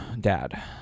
dad